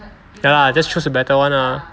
ya lah just choose the better [one] lah